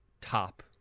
top